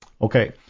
okay